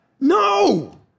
No